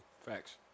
Facts